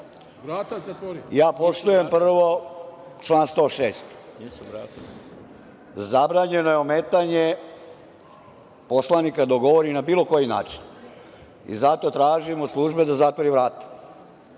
Ja poštujem prvo član 106. – zabranjeno je ometanje poslanika dok govore na bilo koji način. Zato tražim od službe da zatvori vrata.